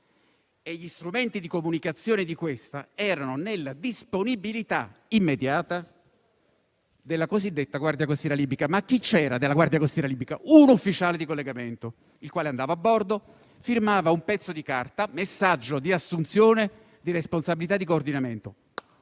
e gli strumenti di comunicazione di questa erano nella disponibilità immediata della cosiddetta Guardia costiera libica. Ma chi c'era della Guardia costiera libica? Un ufficiale di collegamento, il quale andava a bordo, firmava un pezzo di carta («Messaggio di assunzione di responsabilità di coordinamento»)